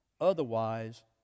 Otherwise